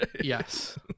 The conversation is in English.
yes